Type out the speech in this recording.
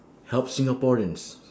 help singaporeans